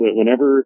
Whenever